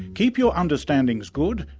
keep your understandings good,